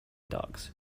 dogs